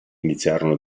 iniziarono